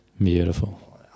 Beautiful